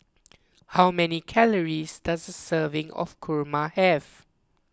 how many calories does a serving of Kurma have